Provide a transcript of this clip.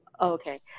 okay